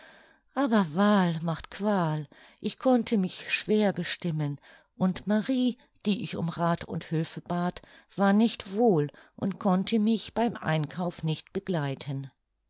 aber wahl macht qual ich konnte mich schwer bestimmen und marie die ich um rath und hülfe bat war nicht wohl und konnte mich beim einkauf nicht begleiten